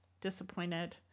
disappointed